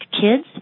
Kids